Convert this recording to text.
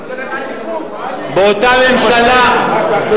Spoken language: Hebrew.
ממשלת הליכוד.